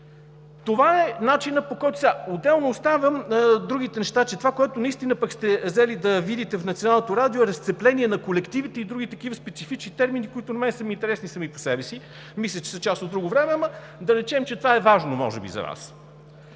Костов, ама той отричал“. Отделно оставям другите неща, че това, което наистина пък сте взели да видите в Националното радио, е разцепление на колективите и други такива специфични термини, които на мен са ми интересни сами по себе си, мисля, че са част от друго време, ама да речем, че това може би е важно